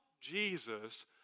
Jesus